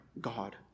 God